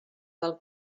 del